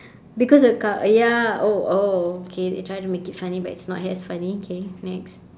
because a cow uh ya oh oh okay you tried to make it funny but it's not as funny okay next